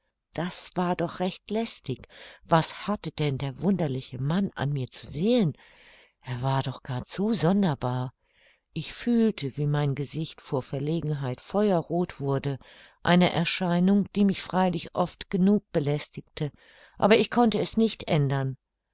das war doch recht lästig was hatte denn der wunderliche mann an mir zu sehen er war doch gar zu sonderbar ich fühlte wie mein gesicht vor verlegenheit feuerroth wurde eine erscheinung die mich freilich oft genug belästigte aber ich konnte es nicht ändern